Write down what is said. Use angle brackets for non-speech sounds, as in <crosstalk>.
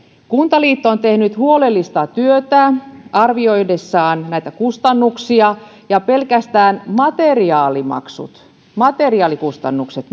kuntaliitto on tehnyt huolellista työtä arvioidessaan näitä kustannuksia ja pelkästään materiaalikustannukset materiaalikustannukset <unintelligible>